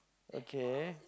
okay